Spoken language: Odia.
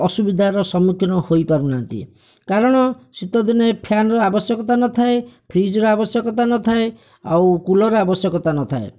ଅସୁବିଧାର ସମ୍ମୁଖୀନ ହୋଇ ପାରୁନାହାନ୍ତି କାରଣ ଶୀତ ଦିନରେ ଫ୍ୟାନ୍ର ଆବଶ୍ୟକତା ନଥାଏ ଫ୍ରୀଜର ଆବଶ୍ୟକତା ନଥାଏ ଆଉ କୁଲରର ଆବଶ୍ୟକତା ନଥାଏ